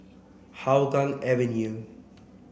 Hougang Avenue